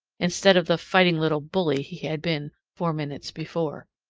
instead of the fighting little bully he had been four minutes before.